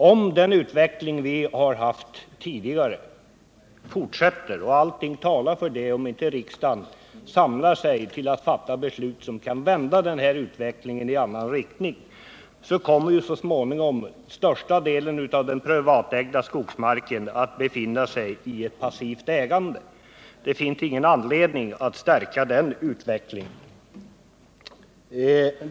Om den utveckling vi har haft tidigare fortsätter — och allting talar för det, om inte riksdagen samlar sig till att fatta ett beslut som kan vända utvecklingen i annan riktning — kommer så småningom den största delen av den privatägda skogsmarken att befinna sig i ett passivt ägande. Det finns ingen anledning att stärka en sådan utveckling.